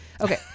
Okay